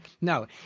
No